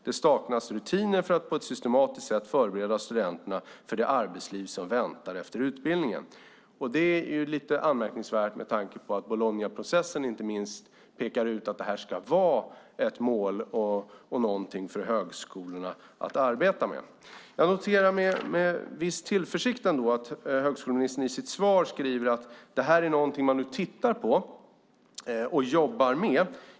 Det saknas rutiner för att på ett systematiskt sätt förbereda studenterna för det arbetsliv som väntar efter utbildningen. Det är lite anmärkningsvärt, med tanke på att Bolognaprocessen inte minst pekar ut att det här ska vara ett mål och någonting för högskolorna att arbeta med. Jag noterar ändå med viss tillförsikt att högskoleministern i sitt svar skriver att detta är någonting man nu tittar på och jobbar med.